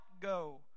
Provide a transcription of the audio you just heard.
go